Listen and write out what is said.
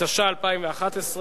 התשע"א 2011,